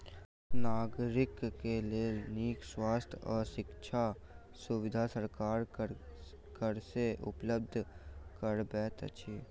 नागरिक के लेल नीक स्वास्थ्य आ शिक्षाक सुविधा सरकार कर से उपलब्ध करबैत अछि